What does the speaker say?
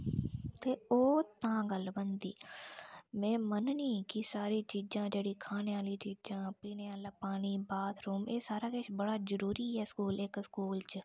ते ओह् तां गल्ल बनदी में मन्ननी कि सारी चीजां जेह्ड़ी खाने आह्ली चीजां पीने आह्ला पानी बाथरूम एह् सारा किश बड़ा जरूरी ऐ स्कूल इक स्कूल च